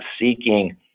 seeking